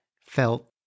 felt